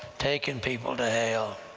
taking people to hell!